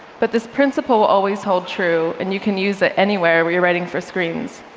but this principle will always hold true, and you can use it anywhere where you're writing for screens.